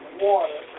water